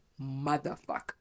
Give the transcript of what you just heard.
Motherfucker